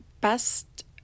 best